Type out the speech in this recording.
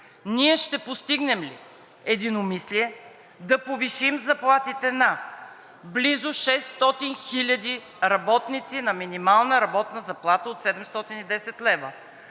ние ще постигнем ли единомислие да повишим заплатите на близо 600 хиляди работници на минимална работна заплата от 710 лв.,